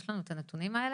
יש לנו את הנתונים האלה?